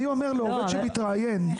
אני אומר לעובד שמתראיין.